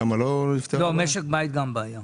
שם לא נפתרה הבעיה?